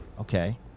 Okay